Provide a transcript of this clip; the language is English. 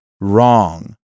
wrong